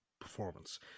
performance